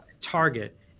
target